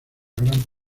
gran